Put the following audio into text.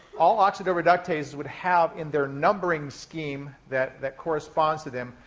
all oxidoreductases would have, in their numbering scheme that that corresponds to them,